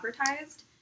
advertised